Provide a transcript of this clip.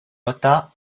rota